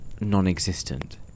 non-existent